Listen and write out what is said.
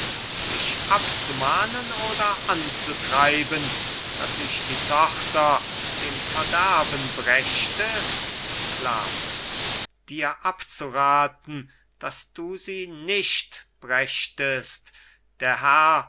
mich abzumahnen oder anzutreiben daß ich die tochter dem verderben brächte sklave dir abzurathen daß du sie nicht brächtest der herr